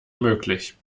möglich